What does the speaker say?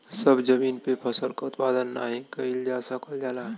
सभ जमीन पे फसल क उत्पादन नाही कइल जा सकल जाला